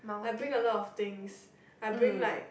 I bring a lot of things I bring like